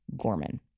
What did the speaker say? Gorman